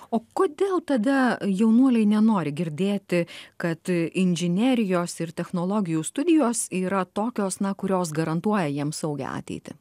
o kodėl tada jaunuoliai nenori girdėti kad inžinerijos ir technologijų studijos yra tokios na kurios garantuoja jiems saugią ateitį